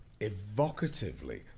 evocatively